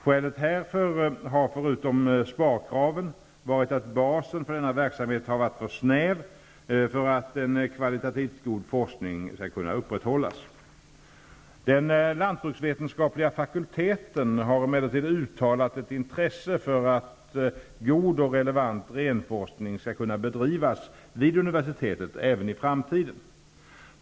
Skälet härför har förutom sparkraven varit att basen för denna verksamhet har varit för snäv för att en kvalitativt god forskning skall kunna upprätthållas. Den lantbruksvetenskapliga fakulteten har emellertid uttalat ett intresse för att god och relevant renforskning skall kunna bedrivas vid universitetet även i framtiden.